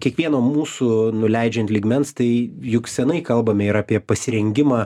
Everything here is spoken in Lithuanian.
kiekvieno mūsų nuleidžiant lygmens tai juk senai kalbame ir apie pasirengimą